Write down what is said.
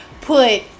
put